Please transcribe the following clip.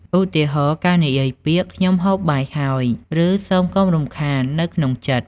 ឧទាហរណ៍៖ ការនិយាយពាក្យ ខ្ញុំហូបបាយហើយ ឬសូមកុំរំខាន នៅក្នុងចិត្ត ។